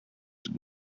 did